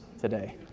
today